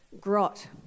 grot